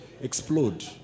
explode